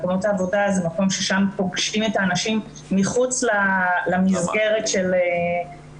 מקומות העבודה זה מקום ששם פוגשים את האנשים מחוץ למסגרת של הבית,